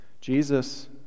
Jesus